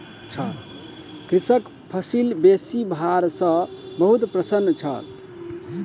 कृषक फसिल बेसी भार सॅ बहुत प्रसन्न छल